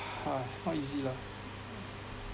!hais! not easy lah